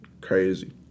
Crazy